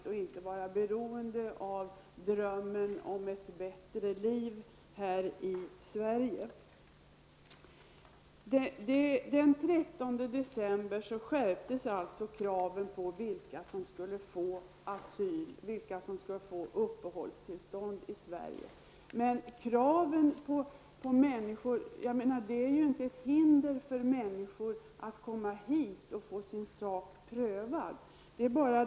De får inte bara vara beroende av drömmen om ett bättre liv här i Den 13 december skärptes alltså kraven på vilka som skall få asyl och uppehållstillstånd i Sverige. Men det finns ju inget hinder för människor att komma hit och få sin sak prövad.